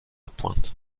pointe